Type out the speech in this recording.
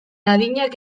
adinak